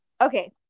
Okay